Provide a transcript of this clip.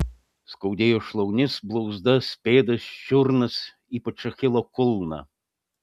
skaudėjo šlaunis blauzdas pėdas čiurnas ypač achilo kulną